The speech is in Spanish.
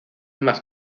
más